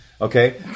Okay